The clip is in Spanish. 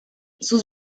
sus